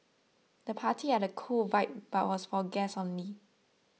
the party had a cool vibe but was for guests only